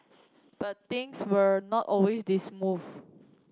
but things were not always this smooth